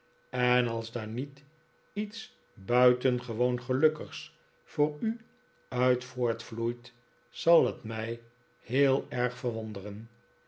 en als daar niet iets buitengewoon gelukkigs voor u uit voortvloeit zal het mij heel erg verwonderen